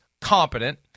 competent